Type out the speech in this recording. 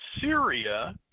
Syria